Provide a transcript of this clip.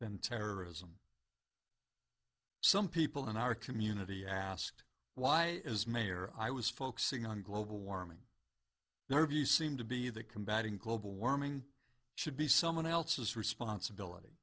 than terrorism some people in our community asked why as mayor i was focusing on global warming nervy seem to be the combating global warming should be someone else's responsibility